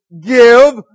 give